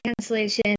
cancellation